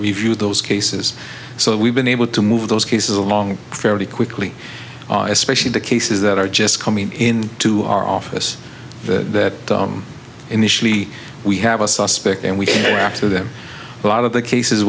review those cases so we've been able to move those cases along fairly quickly especially the cases that are just coming in to our office that initially we have a suspect and we react to them a lot of the cases